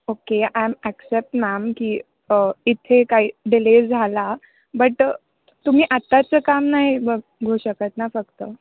okay am accept ma'am की इथे काही डिले झाला बट तुम्ही आत्ताचं काम नाही बघू शकत ना फक्त